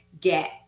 get